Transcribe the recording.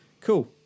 cool